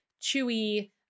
chewy